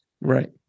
Right